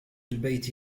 البيت